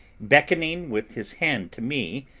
beckoning with his hand to me,